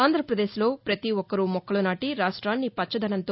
ఆంధ్రాపదేశ్లో పతి ఒక్కరూ మొక్కలు నాటి రాష్ట్రాన్ని పచ్చదనంతో